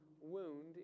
wound